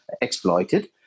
exploited